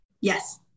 Yes